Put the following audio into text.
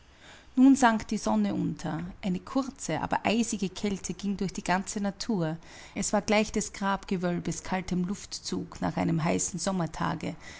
nun sank die sonne unter eine kurze aber eisige kälte ging durch die ganze natur es war gleich des grabgewölbes kaltem luftzug nach einem heißen sommertage